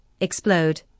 explode